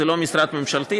זה לא משרד ממשלתי.